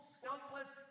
selfless